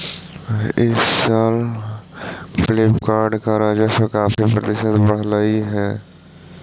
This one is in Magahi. इस साल फ्लिपकार्ट का राजस्व काफी प्रतिशत बढ़लई हे